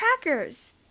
crackers